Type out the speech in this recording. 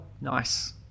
nice